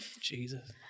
Jesus